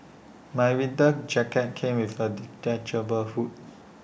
my winter jacket came with A detachable hood